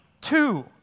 two